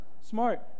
smart